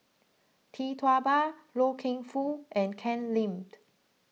Tee Tua Ba Loy Keng Foo and Ken Limed